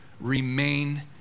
remain